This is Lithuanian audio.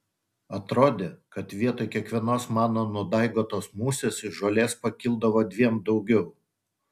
atrodė kad vietoj kiekvienos mano nudaigotos musės iš žolės pakildavo dviem daugiau